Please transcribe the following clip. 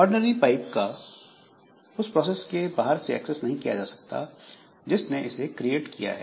ordinary pipe को उस process के बाहर से एक्सेस नहीं किया जा सकता जिसने इसे क्रिएट किया है